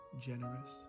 generous